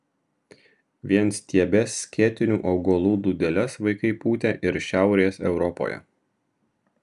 vienstiebes skėtinių augalų dūdeles vaikai pūtė ir šiaurės europoje